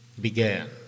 began